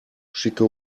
schicke